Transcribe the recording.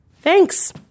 Thanks